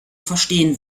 verstehen